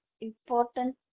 important